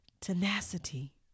Tenacity